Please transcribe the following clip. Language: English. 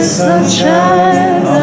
sunshine